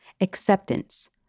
Acceptance